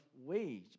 wage